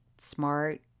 smart